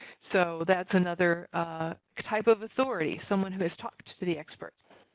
so that's another type of authority, someone who has talked to the experts.